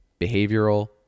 behavioral